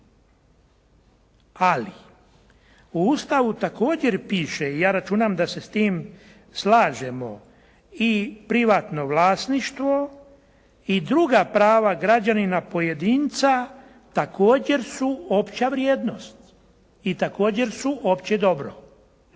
Ali u Ustavu također piše i ja računam da se s tim slažemo i privatno vlasništvo i druga prava građanina pojedinca također su opća vrijednost i također su opće dobro.